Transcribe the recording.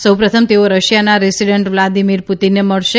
સૌપ્રથમ તેઓ રશિયાના રેસીડેન્ટ વ્લાદીમીર પુતિનને મળશે